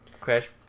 Crash